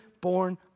born